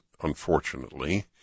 unfortunately